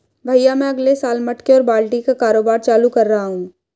भैया मैं अगले साल मटके और बाल्टी का कारोबार चालू कर रहा हूं